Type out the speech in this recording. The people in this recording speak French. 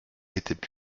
étaient